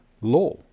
law